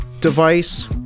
device